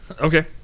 Okay